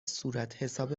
صورتحساب